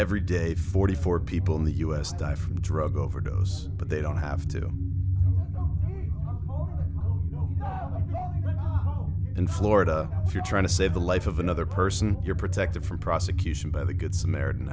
every day forty four people in the u s die from drug overdose but they don't have to do in florida if you're trying to save the life of another person you're protected from prosecution by the good samaritan